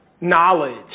knowledge